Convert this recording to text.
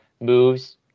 moves